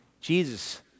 Jesus